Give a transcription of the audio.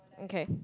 okay